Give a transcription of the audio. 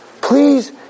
Please